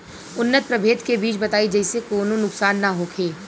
उन्नत प्रभेद के बीज बताई जेसे कौनो नुकसान न होखे?